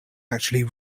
actually